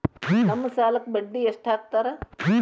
ನಮ್ ಸಾಲಕ್ ಬಡ್ಡಿ ಎಷ್ಟು ಹಾಕ್ತಾರ?